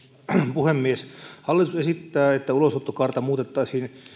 puhemies hallitus esittää että ulosottokaarta muutettaisiin